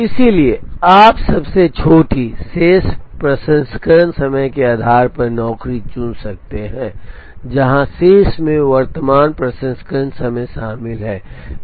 इसलिए आप सबसे छोटी शेष प्रसंस्करण समय के आधार पर नौकरी चुन सकते हैं जहां शेष में वर्तमान प्रसंस्करण समय शामिल है